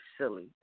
silly